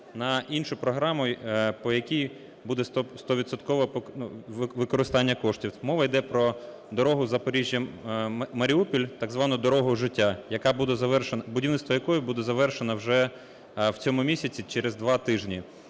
на іншу програму, по якій буде 100-відсоткове використання коштів. Мова йде про дорогу Запоріжжя – Маріуполь, так звану дорогу життя, яка буде завершена, будівництво якої буде завершено вже в цьому місяці через 2 тижні.